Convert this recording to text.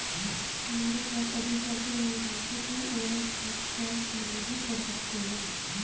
तुम्हारे पास अभी पैसे नहीं है तो तुम ओवरड्राफ्ट का इस्तेमाल भी कर सकते हो